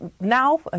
now